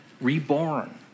reborn